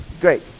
Great